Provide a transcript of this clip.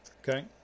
Okay